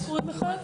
שלום.